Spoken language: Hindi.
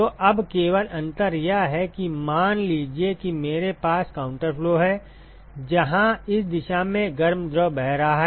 तो अब केवल अंतर यह है कि मान लीजिए कि मेरे पास काउंटर फ्लो है जहां इस दिशा में गर्म द्रव बह रहा है